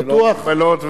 בטוח.